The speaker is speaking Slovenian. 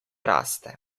raste